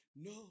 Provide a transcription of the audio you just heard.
No